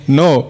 no